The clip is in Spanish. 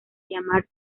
llamar